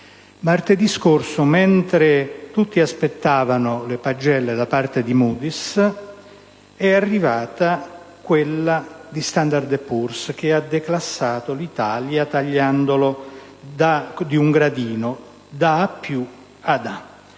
Martedì scorso, mentre tutti aspettavano le pagelle da parte di Moody's, è arrivata quella di Standard & Poor's che ha declassato l'Italia da A+ ad A.